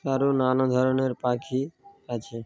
আরো নানা ধরনের পাখি আছে